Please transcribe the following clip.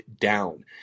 down